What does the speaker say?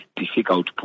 difficult